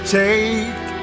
take